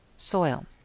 Soil